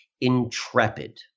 Intrepid